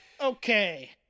okay